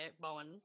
Bowen